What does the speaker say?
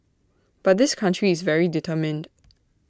but this country is very determined